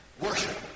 worship